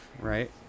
right